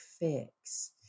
fix